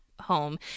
home